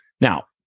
Now